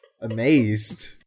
amazed